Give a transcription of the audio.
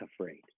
afraid